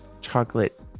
Chocolate